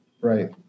Right